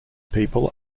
people